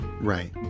Right